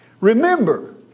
Remember